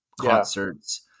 concerts